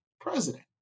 president